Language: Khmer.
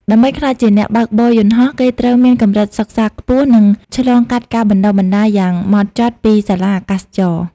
ដើម្បីក្លាយជាអ្នកបើកបរយន្តហោះ គេត្រូវមានកម្រិតសិក្សាខ្ពស់ និងឆ្លងកាត់ការបណ្ដុះបណ្ដាលយ៉ាងហ្មត់ចត់ពីសាលាអាកាសចរណ៍។